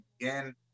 again